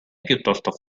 piuttosto